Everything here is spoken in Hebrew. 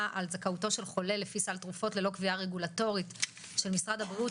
על זכאותו של חולה לפי סל תרופות ללא קביעה רגולטורית של משרד הבריאות,